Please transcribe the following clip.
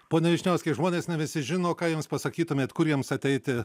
pone vyšniauskai žmonės ne visi žino ką jiems pasakytumėt kur jiems ateiti